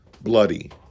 bloody